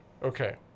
Okay